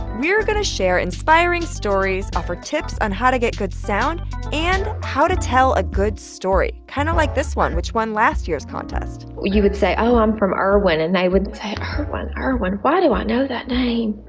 we're going to share inspiring stories, offer tips on how to get good sound and how to tell a good story kind of like this one which won last year's contest you would say oh, i'm from erwin. and they would say, erwin? erwin why do i know that name?